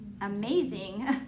amazing